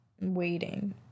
waiting